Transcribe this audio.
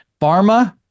Pharma